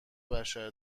بشر